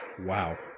Wow